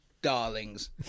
darlings